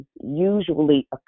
usually